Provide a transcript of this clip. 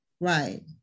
Right